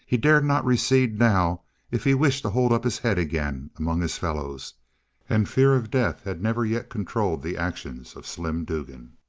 he dared not recede now if he wished to hold up his head again among his fellows and fear of death had never yet controlled the actions of slim dugan.